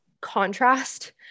contrast